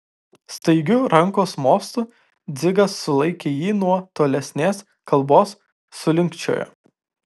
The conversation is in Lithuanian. staigiu rankos mostu dzigas sulaikė jį nuo tolesnės kalbos sulinkčiojo